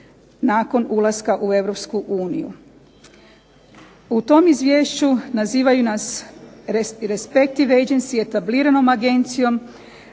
nakon ulaska u EU. U tom izviješću nazivaju nas respective agency etabliranom agencijom